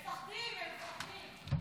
מפחדים, הם מפחדים.